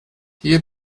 hier